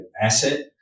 asset